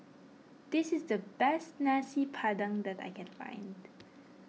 this is the best Nasi Padang that I can find